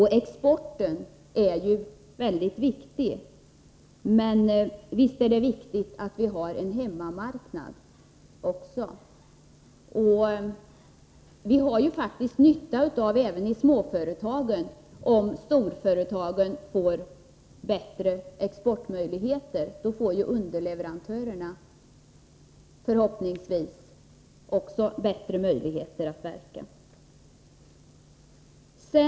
Exporten är mycket viktig, men visst är det viktigt att vi har en hemmamarknad också. Vi har faktiskt även i småföretagen nytta av att storföretagen får bättre exportmöjligheter — då får underleverantörerna förhoppningsvis också bättre möjligheter att verka.